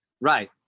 Right